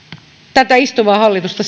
tätä istuvaa hallitusta